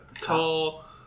tall